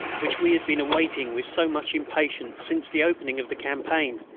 which we had been awaiting with so much impatience since the opening of the campaign.